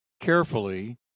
carefully